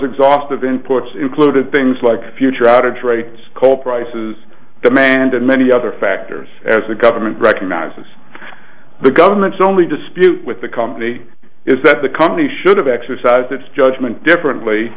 exhaustive inputs included things like future outright coal prices demand and many other factors as the government recognizes the government's only dispute with the company is that the company should have exercised its judgment differently